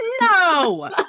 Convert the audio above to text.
no